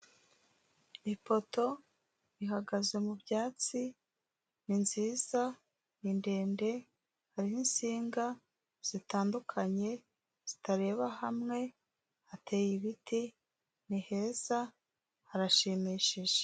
Ipoto ihagaze mu byatsi. Ni nziza, ni ndende, hariho insinga zitandukanye zitareba hamwe, hateye ibiti. Ni heza harashimishije.